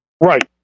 Right